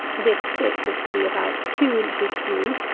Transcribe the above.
this stick is to be about two inches through,